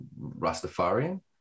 Rastafarian